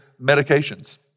medications